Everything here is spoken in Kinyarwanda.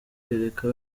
kereka